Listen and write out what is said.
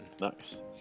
Nice